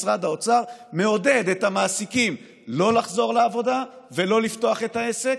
משרד האוצר מעודד את המעסיקים לא לחזור לעבודה ולא לפתוח את העסק,